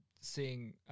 seeing